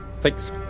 Thanks